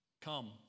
come